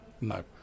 no